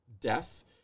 death